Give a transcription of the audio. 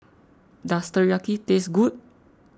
does Teriyaki taste good